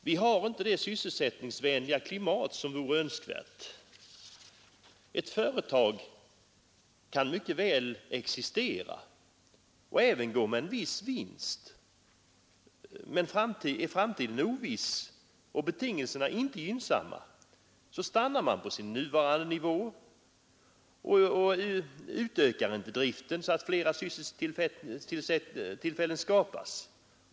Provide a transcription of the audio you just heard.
Vi har inte det sysselsättningsvänliga klimat som vore önskvärt. Ett företag kan existera och även gå med en viss vinst, men är framtiden oviss och betingelserna inte gynnsamma stannar man på sin nuvarande nivå och utökar inte driften så att flera sysselsättningstillfällen skapas.